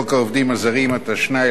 התשנ"א 1991,